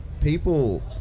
people